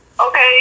Okay